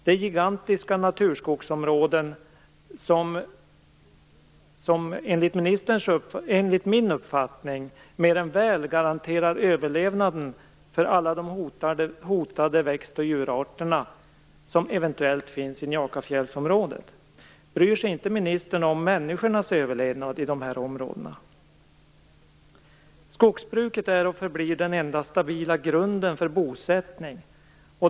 Det är gigantiska naturskogsområden, som enligt min uppfattning mer än väl garanterar överlevnaden för alla de hotade växt och djurarterna, som eventuellt finns i Njakafjällsområdet. Bryr sig ministern inte om människornas överlevnad i de här områdena? Skogsbruket är och förblir den enda stabila grunden för bosättning.